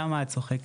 למה את צוחקת?